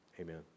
Amen